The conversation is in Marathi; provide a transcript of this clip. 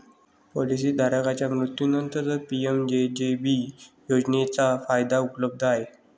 पॉलिसी धारकाच्या मृत्यूनंतरच पी.एम.जे.जे.बी योजनेचा फायदा उपलब्ध आहे